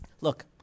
Look